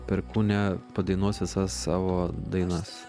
perkūnė padainuos visas savo dainas